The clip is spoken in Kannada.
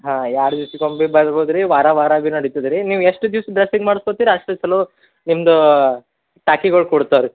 ಹಾಂ ಎರಡು ದಿವ್ಸಕ್ಕೊಮ್ಮೆ ಭೀ ಬರ್ಬೋದು ರೀ ವಾರ ವಾರ ಭೀ ನಡೀತದೆ ರೀ ನೀವು ಎಷ್ಟು ದಿವ್ಸ ಡ್ರೆಸಿಂಗ್ ಮಾಡ್ಸ್ಕೊತೀರಿ ಅಷ್ಟು ಚಲೋ ನಿಮ್ಮದು ಟಾಕಿಗಳು ಕೂಡ್ತವೆ ರೀ